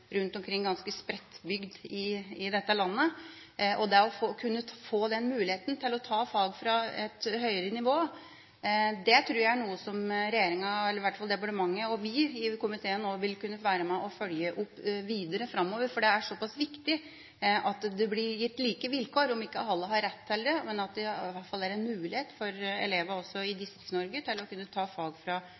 rundt omkring i dette landet. Det å kunne få muligheten til å ta fag på et høyere nivå tror jeg er noe regjeringa – i hvert fall departementet og vi i komiteen – nå vil være med og følge opp videre framover. Det er såpass viktig at det blir gitt like vilkår, om ikke alle har rett til det, men at det i hvert fall er en mulighet for elever også i Distrikts-Norge til å kunne ta fag